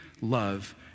love